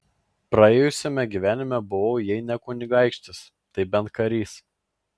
praėjusiame gyvenime buvau jei ne kunigaikštis tai bent karys